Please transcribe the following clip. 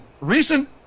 Recent